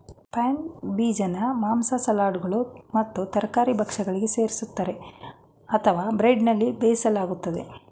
pine ಬೀಜನ ಮಾಂಸ ಸಲಾಡ್ಗಳು ಮತ್ತು ತರಕಾರಿ ಭಕ್ಷ್ಯಗಳಿಗೆ ಸೇರಿಸ್ತರೆ ಅಥವಾ ಬ್ರೆಡ್ನಲ್ಲಿ ಬೇಯಿಸಲಾಗ್ತದೆ